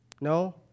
No